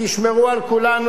תשמרו על כולנו,